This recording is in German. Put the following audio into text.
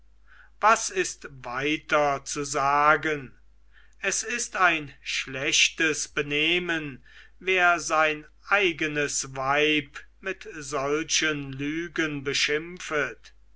was ist weiter zu sagen es ist ein schlechtes benehmen wer sein eigenes weib mit solchen lügen beschimpfet